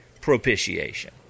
propitiation